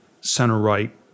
center-right